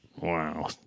Wow